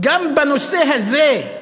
גם בנושא הזה,